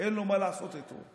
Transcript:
אין לו מה לעשות איתו.